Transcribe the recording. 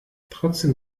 trotzdem